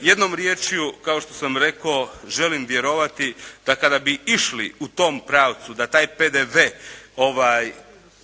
Jednom riječju kao što sam rekao želim vjerovati da kada bi išli u tom pravcu da taj PDV tu